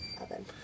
oven